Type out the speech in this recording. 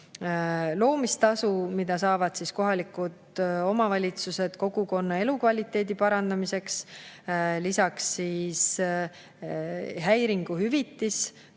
loomistasu, mida saavad kohalikud omavalitsused kogukonna elukvaliteedi parandamiseks. Lisaks häiringuhüvitis